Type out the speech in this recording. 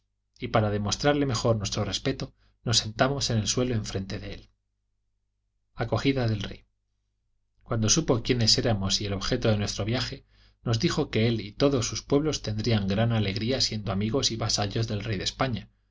y para demostrarle mejor nuestro respeto nos sentamos en el suelo enfrente de él acogida del rey cuando supo quiénes éramos y el objeto de nuestro viaje nos dijo que él y todos sus pueblos tendrían gran alegría siendo amigos y vasallos del rey de españa